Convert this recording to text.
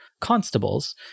constables